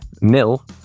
nil